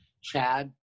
Chad